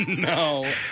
No